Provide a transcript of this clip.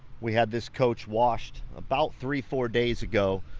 we had this coach washed about three four days ago,